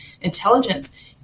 intelligence